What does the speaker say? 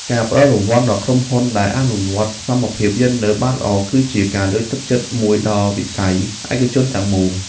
ការផ្តល់រង្វាន់ដល់ក្រុមហ៊ុនដែលអនុវត្តសមភាពយេនឌ័របានល្អ គឺជាការលើកទឹកចិត្តមួយដល់វិស័យឯកជនទាំងមូល។